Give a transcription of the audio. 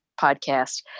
podcast